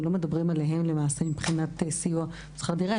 אנחנו לא מדברים עליהן מבחינת סיוע בשכר דירה.